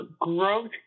growth